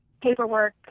paperwork